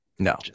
No